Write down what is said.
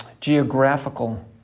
geographical